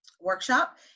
workshop